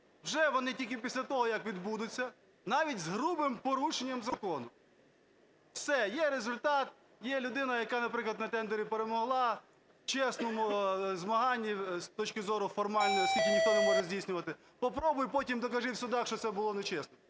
Вже вони тільки після того, як відбудуться, навіть з грубим порушенням закону. Все, є результат. Є людина, яка, наприклад, на тендері перемогла в чесному змаганні з точки зору формально, оскільки ніхто не може здійснювати. Попробуй потім докажи в судах, що це було нечесно.